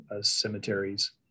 cemeteries